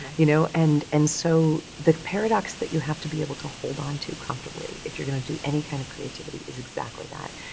you know? and, and so the paradox that you have to be able to hold onto comfortably if you're gonna do any kind of creativity is exactly that.